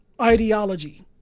ideology